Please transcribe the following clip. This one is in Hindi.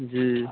जी